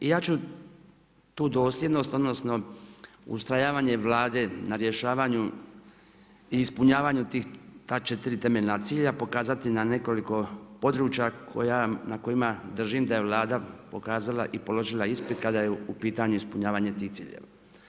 I ja ću tu dosljednost, odnosno, ustrajavanje vlade na rješavanju i ispunjavanju ta 4 temeljna cilja, pokazati na nekoliko područja na kojima držim da je Vlada pokazala i položila ispit kada je u pitanju ispunjavanje tih ciljeva.